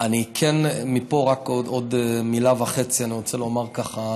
אני כן רוצה לומר מפה רק עוד מילה וחצי, ככה,